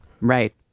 Right